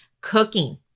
Cooking